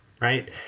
right